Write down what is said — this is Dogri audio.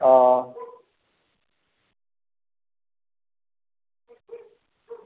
हां